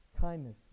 kindness